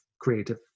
creative